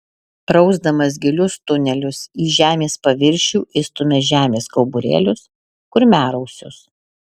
rausdamas gilius tunelius į žemės paviršių išstumia žemės kauburėlius kurmiarausius